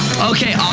Okay